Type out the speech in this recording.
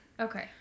Okay